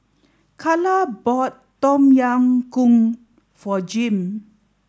Kala bought Tom Yam Goong for Jim